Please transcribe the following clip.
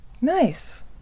nice